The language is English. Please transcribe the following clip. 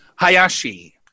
Hayashi